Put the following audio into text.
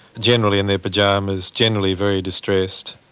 generally in their pyjamas, generally very distressed,